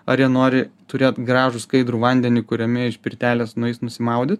ar jie nori turėt gražų skaidrų vandenį kuriame iš pirtelės nueis nusimaudyt